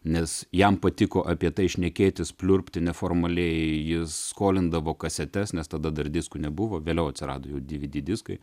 nes jam patiko apie tai šnekėtis pliurpti neformaliai jis skolindavo kasetes nes tada dar diskų nebuvo vėliau atsirado dividi diskai